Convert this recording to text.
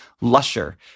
lusher